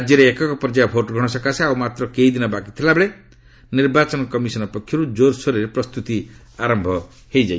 ରାଜ୍ୟରେ ଏକକ ପର୍ଯ୍ୟାୟ ଭୋଟ୍ ଗ୍ରହଣ ସକାଶେ ଆଉ ମାତ୍ର କେଇଦିନ ବାକି ଥିବାବେଳେ ନିର୍ବାଚନ କମିଶନ ପକ୍ଷରୁ ଜୋରସୋର ପ୍ରସ୍ତୁତି ଆରମ୍ଭ ହୋଇଯାଇଛି